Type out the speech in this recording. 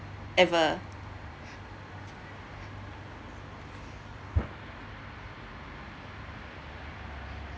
ever